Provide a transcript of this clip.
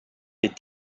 est